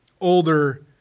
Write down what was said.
older